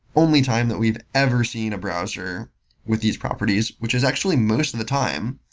only time that we've ever seen a browser with these properties, which is actually most of the time.